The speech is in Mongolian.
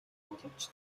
боловч